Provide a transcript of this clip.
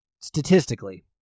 statistically